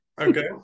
okay